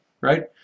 right